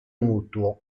mutuo